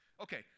Okay